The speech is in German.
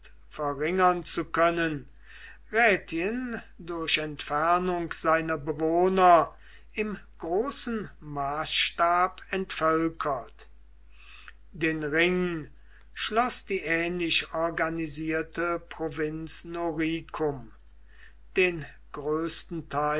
verringern zu können rätien durch entfernung seiner bewohner im großen maßstab entvölkert den ring schloß die ähnlich organisierte provinz noricum den größten